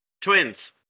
twins